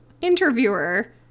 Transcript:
interviewer